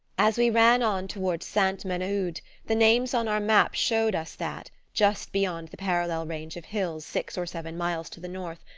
as we ran on toward sainte menehould the names on our map showed us that, just beyond the parallel range of hills six or seven miles to the north,